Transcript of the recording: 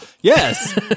Yes